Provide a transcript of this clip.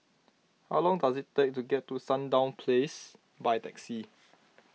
how long does it take to get to Sandown Place by taxi